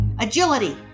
agility